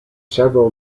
several